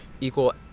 equal